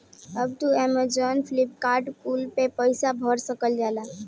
अब तू Amazon, Flipkart कुल पे पईसा भर सकल जाला